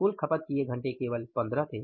कुल खपत किए गए घंटे केवल 15 थे